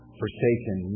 forsaken